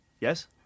Yes